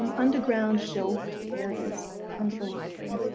um underground shelved areas under the library.